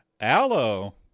Aloe